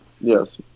Yes